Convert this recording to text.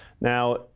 Now